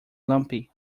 lumpy